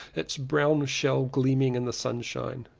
its brown shell gleam ing in the sunshine.